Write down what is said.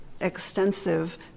extensive